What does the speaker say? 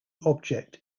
object